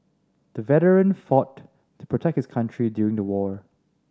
the veteran fought to protect his country during the war